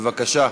בבקשה.